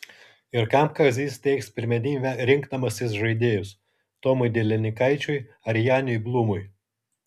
ir kam kazys teiks pirmenybę rinkdamasis žaidėjus tomui delininkaičiui ar janiui blūmui